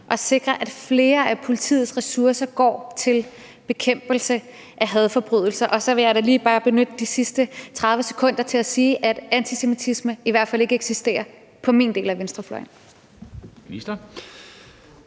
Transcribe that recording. at sikre, at flere af politiets ressourcer går til bekæmpelse af hadforbrydelser? Og så vil jeg da bare lige benytte de sidste 30 sekunder til at sige, at antisemitisme i hvert fald ikke eksisterer på min del af venstrefløjen.